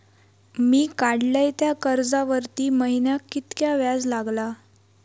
मी काडलय त्या कर्जावरती महिन्याक कीतक्या व्याज लागला?